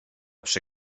przy